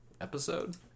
episode